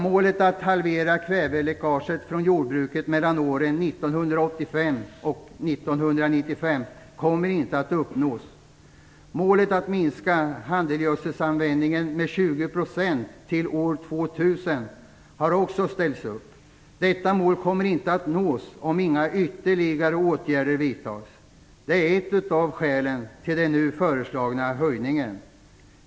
Målet att halvera kväveläckaget från jordbruket åren 1985-1995 kommer inte att uppnås. Målet att minska användningen av handelsgödsel med 20 % till år 2000 har också ställts upp. Detta mål kommer inte heller att uppnås, om inga ytterligare åtgärder vidtas. Detta är ett av skälen till den nu föreslagna höjningen.